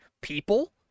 people